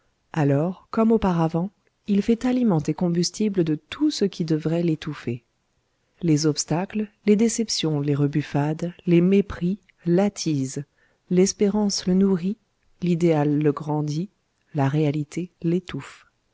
alors comme auparavant il fait aliment et combustible de tout ce qui devrait l'étouffer les obstacles les déceptions les rebuffades les mépris l'attisent l'espérance le nourrit l'idéal le grandit la réalité l'étouffe